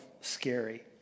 scary